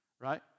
right